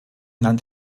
land